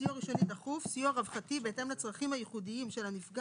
"סיוע ראשוני דחוף" סיוע רווחתי בהתאם לצרכים הייחודיים של הנפגע